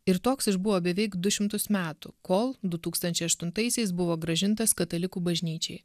ir toks išbuvo beveik du šimtus metų kol du tūkstančiai aštuntaisiais buvo grąžintas katalikų bažnyčiai